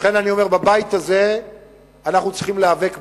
לכן אני אומר: בבית הזה אנחנו צריכים להיאבק יחד,